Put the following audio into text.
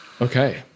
Okay